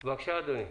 בבקשה, אדוני.